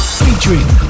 featuring